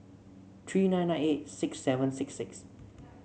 three nine nine eight six seven six six